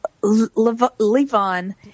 Levon